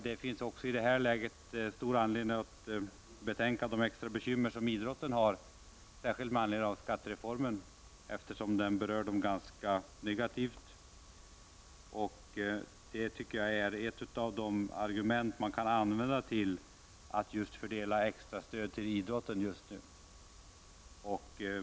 Det finns också i det här läget stor anledning att betänka de extra bekymmer som idrotten har, särskilt med anledning av skattereformen. Reformen berör idrotten negativt. Det tycker jag är ett av de argument som man kan använda när det gäller att just fördela extra stöd till idrotten.